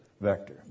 vector